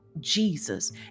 Jesus